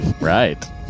Right